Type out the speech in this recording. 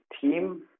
team